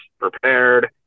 prepared